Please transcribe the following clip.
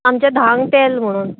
आमचें धांग तेल म्हुणून